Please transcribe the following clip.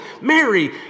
Mary